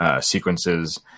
sequences